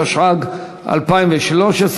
התשע"ג 2013,